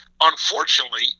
Unfortunately